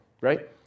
right